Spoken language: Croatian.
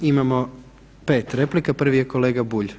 Imamo 5 replika, prvi je kolega Bulj.